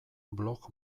blog